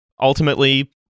ultimately